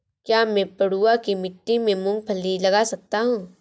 क्या मैं पडुआ की मिट्टी में मूँगफली लगा सकता हूँ?